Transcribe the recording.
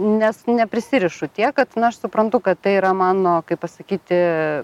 nes neprisirišu tiek kad na aš suprantu kad tai yra mano pasakyti